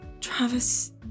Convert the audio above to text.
Travis